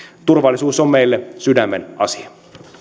turvallisuus on meille sydämenasia